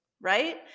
right